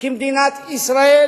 כי מדינת ישראל